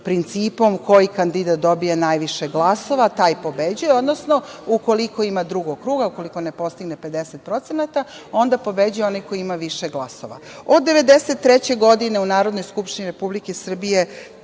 principom, koji kandidat dobije najviše glasova, taj pobeđuje, odnosno, ukoliko ima drugog kruga, ukoliko ne postigne 50%, onda pobeđuje onaj koji ima više glasova. Od 1993. godine u Narodnoj skupštini Republike Srbije